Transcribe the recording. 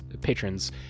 patrons